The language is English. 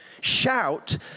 Shout